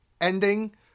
ending